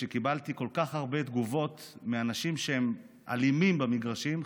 שקיבלתי כל כך הרבה תגובות מאנשים שהם אלימים במגרשים,